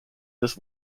this